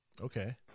Okay